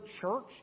church